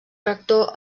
rector